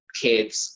kids